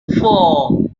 four